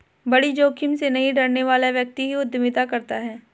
बड़ी जोखिम से नहीं डरने वाला व्यक्ति ही उद्यमिता करता है